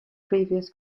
previous